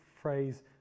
phrase